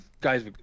guys